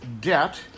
debt